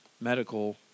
medical